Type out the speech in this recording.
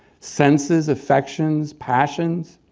senses, affections, passions,